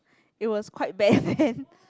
it was quite bad then